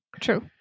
True